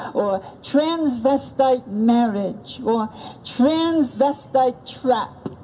or transvestite marriage or transvestite trap.